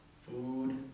food